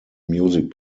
music